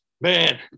man